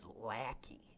lackey